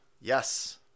yes